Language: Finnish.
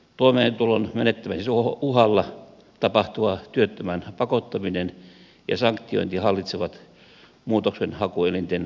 toimeentulon menettämisen uhalla tapahtuva työttömän pakottaminen ja sanktiointi hallitsevat muutoksenhakuelinten ratkaisulinjaa